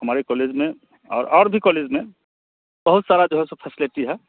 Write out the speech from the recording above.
हमारे कॉलेज में और और भी कॉलेज में बहुत सारा जो है सब फैसिलिटी है